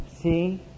See